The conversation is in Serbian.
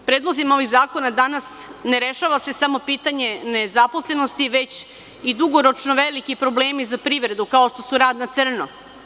Predlozima ovih zakonima danas ne rešava se samo pitanje nezaposlenosti već i dugoročno veliki problemi za privredu, kao što su rad na crno.